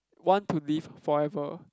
want to live forever